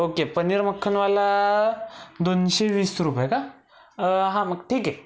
okay paneer मख्खनवाला दोनशे वीस रुपये का हां मग ठीक आहे